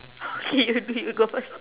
okay okay you go first